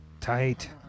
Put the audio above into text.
Tight